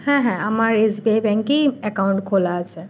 হ্যাঁ হ্যাঁ আমার এসবিআই ব্যাংকেই অ্যাকাউন্ট খোলা আছে